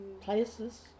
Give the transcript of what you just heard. places